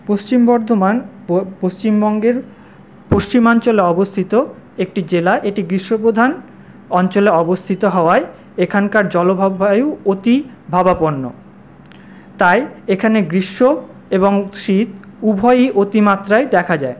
পশ্চিম বর্ধমান ও পশ্চিমবঙ্গের পশ্চিমাঞ্চলে অবস্থিত একটি জেলা এটি গ্রীষ্মপ্রধান অঞ্চলে অবস্থিত হওয়ায় এখানকার জলভাবায়ু অতিভাবাপণ্য তাই এখানে গ্রীষ্ম এবং শীত উভয়ই অতিমাত্রায় দেখা যায়